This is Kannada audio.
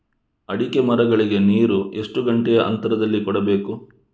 ಅಡಿಕೆ ಮರಗಳಿಗೆ ನೀರು ಎಷ್ಟು ಗಂಟೆಯ ಅಂತರದಲಿ ಕೊಡಬೇಕು?